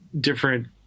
different